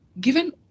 given